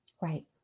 Right